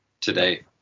today